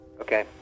Okay